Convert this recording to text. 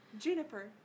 Juniper